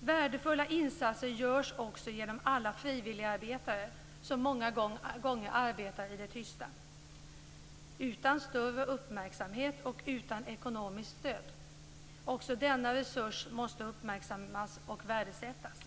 Värdefulla insatser görs också genom alla frivilligarbetare, som många gånger arbetar i det tysta utan större uppmärksamhet och utan ekonomiskt stöd. Också denna resurs måste uppmärksammas och värdesättas.